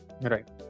Right